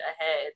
ahead